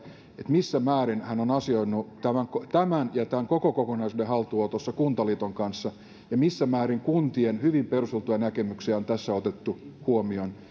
missä määrin hän on asioinut tämän tämän ja tämän koko kokonaisuuden haltuunotossa kuntaliiton kanssa ja missä määrin kuntien hyvin perusteltuja näkemyksiä on tässä otettu huomioon